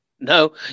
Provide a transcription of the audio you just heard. No